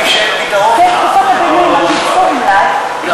למי שאין פתרון, שיגיע.